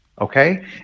okay